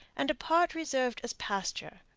and part reserved as pasture.